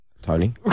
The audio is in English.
Tony